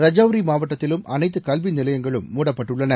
ரஜோரி மாவட்டத்திலும் அனைத்து கல்வி நிலையங்களும் மூடப்பட்டுள்ளன